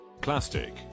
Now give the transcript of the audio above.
plastic